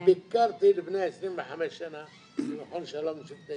ביקרתי לפני 25 שנה במכון שלום לשבטי